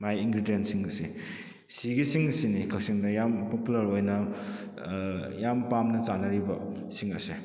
ꯃꯥꯒꯤ ꯏꯟꯒ꯭ꯔꯤꯗꯦꯟꯁꯤꯡ ꯑꯁꯦ ꯁꯤꯒꯤꯁꯤꯡꯁꯤꯅꯤ ꯀꯛꯆꯤꯡꯗ ꯌꯥꯝ ꯄꯣꯄꯨꯂꯔ ꯑꯣꯏꯅ ꯌꯥꯝ ꯄꯥꯝꯅ ꯆꯥꯅꯔꯤꯕꯁꯤꯡ ꯑꯁꯦ